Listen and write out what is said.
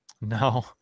No